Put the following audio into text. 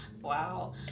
wow